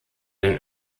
den